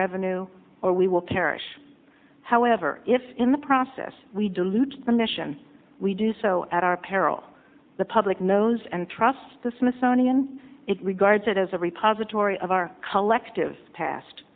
revenue or we will perish however if in the process we dilute the mission we do so at our peril the public knows and trusts the smithsonian it regards it as a repository of our collective past